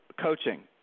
coaching